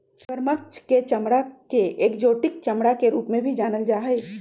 मगरमच्छ के चमडड़ा के एक्जोटिक चमड़ा के रूप में भी जानल जा हई